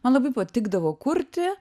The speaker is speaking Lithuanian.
man labai patikdavo kurti